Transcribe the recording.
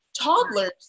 toddlers